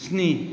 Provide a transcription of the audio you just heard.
स्नि